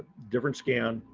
different scan.